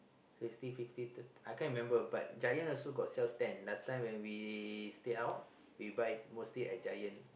sixty fifty uh I can't remember but Giant also got sell ten last time when we stay out we buy mostly at Giant